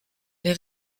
les